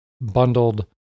bundled